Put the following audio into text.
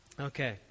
Okay